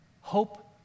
hope